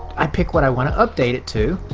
i pick what i want to update it to.